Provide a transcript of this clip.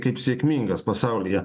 kaip sėkmingas pasaulyje